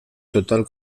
total